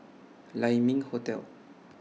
Lai Ming Hotel